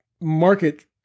market